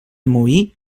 moí